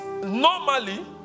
normally